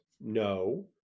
No